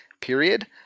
Period